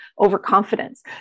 overconfidence